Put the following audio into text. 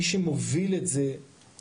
מי שמוביל את זה --- טוב,